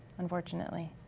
unfortunately,